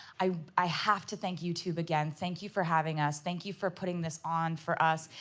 i i have to thank youtube again. thank you for having us. thank you for putting this on for us.